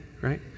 right